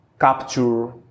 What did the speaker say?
capture